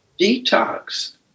detox